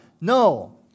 No